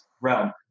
realm